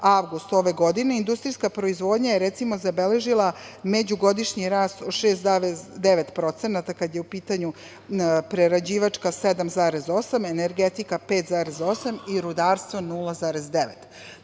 ove godine industrijska proizvodnja, recimo, zabeležila međugodišnji rast od 6,9%, kada je u pitanju prerađivačka 7,8%, energetika 5,8% i rudarstvo